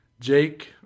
Jake